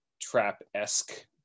trap-esque